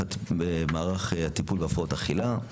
מערך הטיפול בהפרעות אכילה.